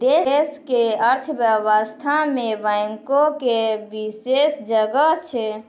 देश के अर्थव्यवस्था मे बैंको के विशेष जगह छै